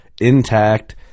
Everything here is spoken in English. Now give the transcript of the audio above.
intact